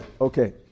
Okay